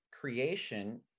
creation